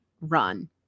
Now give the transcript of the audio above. run